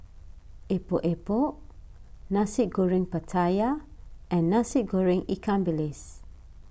Epok Epok Nasi Goreng Pattaya and Nasi Goreng Ikan Bilis